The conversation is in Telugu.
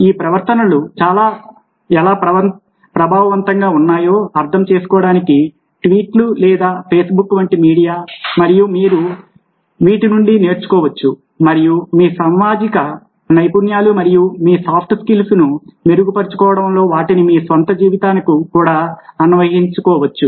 ఈ ప్రవర్తనలు ఎలా చాలా ప్రభావవంతంగా ఉన్నాయో అర్థం చేసుకోవడానికి ట్వీట్లు లేదా Facebook వంటి మీడియా మరియు మీరు వీటి నుండి నేర్చుకోవచ్చు మరియు మీ సామాజిక నైపుణ్యాలు మరియు మీ సాఫ్ట్ స్కిల్స్ను మెరుగుపరచుకోవడంలో వాటిని మీ స్వంత జీవితానికి కూడా అన్వయించుకోవచ్చు